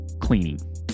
cleaning